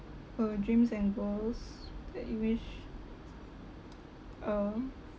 oh dreams and goals that you wish oh